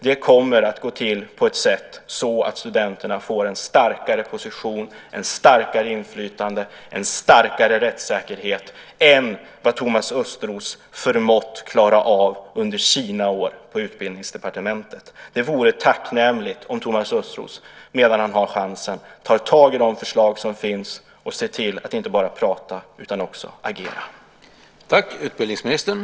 Det kommer att gå till på ett sätt så att studenterna får en starkare position, ett starkare inflytande, en starkare rättssäkerhet än vad Thomas Östros förmått klara av under sina år på Utbildningsdepartementet. Det vore tacknämligt om Thomas Östros, medan han har chansen, tog tag i de förslag som finns och såg till att inte bara prata utan också agera.